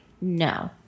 no